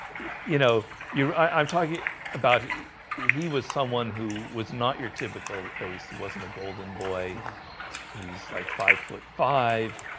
you know, you're i'm talking about he he was someone who was not your typical ace he wasn't a golden boy he's like five foot five